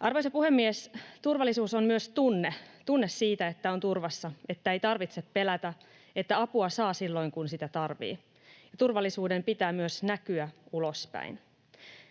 Arvoisa puhemies! Turvallisuus on myös tunne: tunne siitä, että on turvassa, että ei tarvitse pelätä, että apua saa silloin kun sitä tarvitsee. Turvallisuuden pitää myös näkyä ulospäin.